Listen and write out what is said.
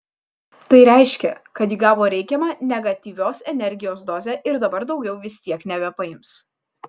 tai reiškia kad ji gavo reikiamą negatyvios energijos dozę ir dabar daugiau vis tiek nebepaims